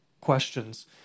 questions